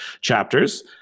chapters